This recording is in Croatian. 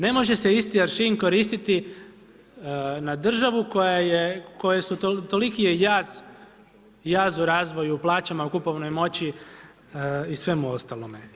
Ne može se isti aršin koristiti na državu koja je, koje su, toliki je jaz u razvoju u plaćama u kupovnoj moći i svemu ostalome.